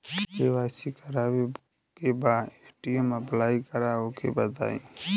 KYC करावे के बा ए.टी.एम अप्लाई करा ओके बताई?